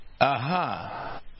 Aha